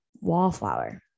Wallflower